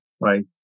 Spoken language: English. right